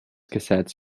cassettes